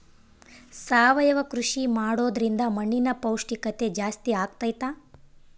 ಸಾವಯವ ಕೃಷಿ ಮಾಡೋದ್ರಿಂದ ಮಣ್ಣಿನ ಪೌಷ್ಠಿಕತೆ ಜಾಸ್ತಿ ಆಗ್ತೈತಾ?